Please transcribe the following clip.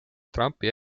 trumpi